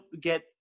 get